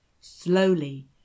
slowly